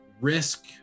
risk